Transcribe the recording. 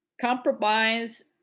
compromise